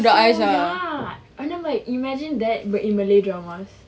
so ya and then I'm like imagine that in malay dramas